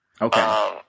Okay